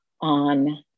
on